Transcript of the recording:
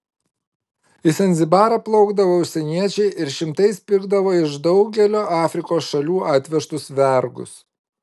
į zanzibarą plaukdavo užsieniečiai ir šimtais pirkdavo iš daugelio afrikos šalių atvežtus vergus